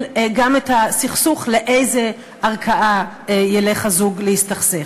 גם את הסכסוך של לאיזו ערכאה ילך הזוג להסתכסך.